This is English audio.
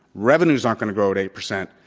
revenue's not going to grow at eight percent.